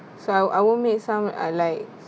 so I won't make some are like